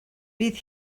bydd